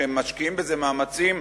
שמשקיעים בזה מאמצים,